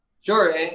sure